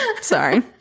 Sorry